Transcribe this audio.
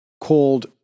called